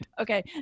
Okay